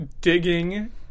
digging